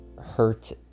hurt